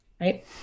right